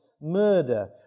murder